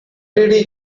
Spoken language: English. did